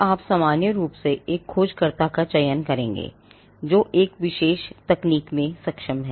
आप सामान्य रूप से एक खोजकर्ता का चयन करेंगे जो एक विशेष तकनीक में सक्षम है